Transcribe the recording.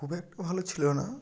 খুব একটা ভালো ছিলো না